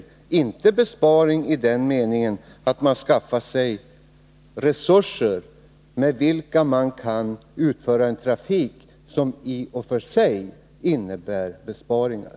Det är inte en 127 besparing i den meningen att man skaffar sig resurser med vilka man kan bedriva trafik som i och för sig innebär besparingar.